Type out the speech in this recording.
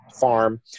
farm